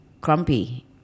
grumpy